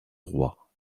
roi